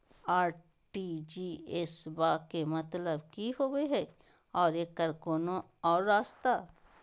RTGS बा के मतलब कि होबे हय आ एकर कोनो और रस्ता?